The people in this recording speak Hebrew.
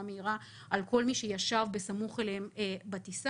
מהירה על כל מי שישב בסמוך אליהם בטיסה.